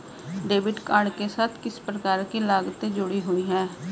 Debit card के साथ किस प्रकार की लागतें जुड़ी हुई हैं?